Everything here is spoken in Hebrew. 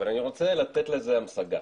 אבל אני רוצה לתת לזה המשגה.